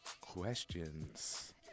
Questions